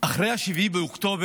אחרי 7 באוקטובר,